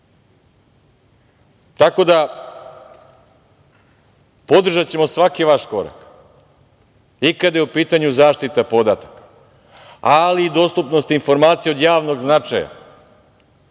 društvu. Podržaćemo svaki vaš korak, i kad je u pitanju zaštita podataka, ali i dostupnost informacija od javnog značaja,